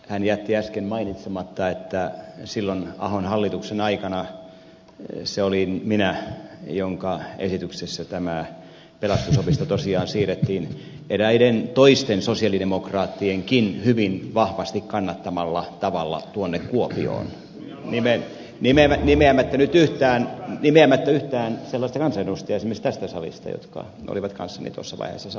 hän jätti äsken mainitsematta että silloin ahon hallituksen aikana se olin minä jonka esityksestä tämä pelastusopisto tosiaan siirrettiin eräiden toisten sosialidemokraattienkin hyvin vahvasti kannattamalla tavalla kuopioon nimeämättä nyt yhtään sellaista kansanedustajaa esimerkiksi tästä salista jotka olivat kanssani tuossa vaiheessa samaa mieltä